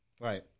right